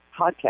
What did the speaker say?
podcast